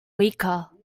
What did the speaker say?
weaker